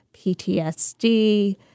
PTSD